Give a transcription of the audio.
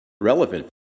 relevant